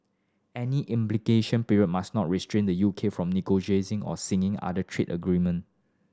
any implementation period must not restrain the U K from negotiating or signing other trade agreement